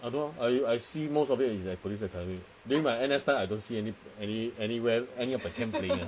I don't know I I see most of it is like police academy during my N_S time I don't see any any anywhere any of my camp playing